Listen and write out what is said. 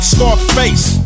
Scarface